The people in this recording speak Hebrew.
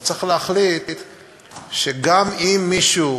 אז צריך להחליט שגם אם מישהו